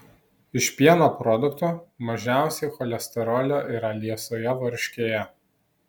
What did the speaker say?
iš pieno produktų mažiausiai cholesterolio yra liesoje varškėje